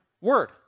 word